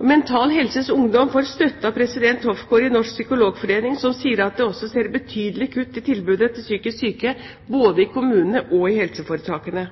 Mental Helse Ungdom får støtte av president Hofgaard i Norsk Psykologforening som sier at det også er betydelige kutt i tilbudet til psykisk syke både i kommunene og i helseforetakene.